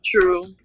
true